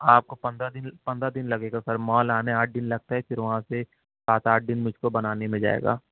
آپ کو پندرہ دن پندرہ دن لگے گا سر مال آنے آٹھ دن لگتا ہے پھر وہاں سے سات آٹھ دن مجھ کو بنانے میں جائے گا